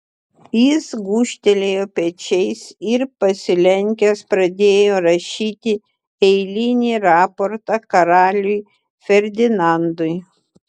jis gūžtelėjo pečiais ir pasilenkęs pradėjo rašyti eilinį raportą karaliui ferdinandui